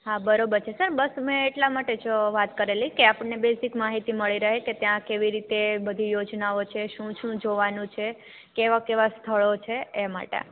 હાં બરોબર છે સર બસ મેં એટલા માટે જ વાત કરેલી કે આપડને બેઝ માહિતી મળી રહે કે ત્યાં કેવી રીતે બધી યોજનાઓ છેઃ શું શું જોવાનું છે કેવા કેવા સ્થળો છે એ માટે